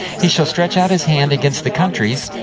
he shall stretch out his hand against the countries,